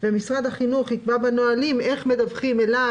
ומשרד החינוך יקבע בנהלים איך מדווחים אליו,